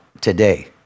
today